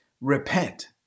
Repent